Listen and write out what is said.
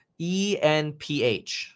ENPH